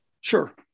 Sure